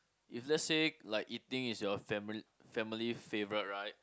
if let's say like eating is your family family favourite right